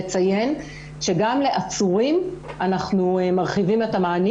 לציין שגם לעצורים אנחנו מרחיבים את המענים